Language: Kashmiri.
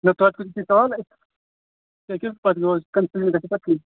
مےٚ کر کٔرِو تُہۍ کال کیٛازِکہِ کَنفرِم گَژھِ نہٕ پَتہٕ کِہیٖنٛۍ